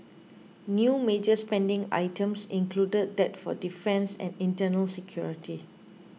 new major spending items included that for defence and internal security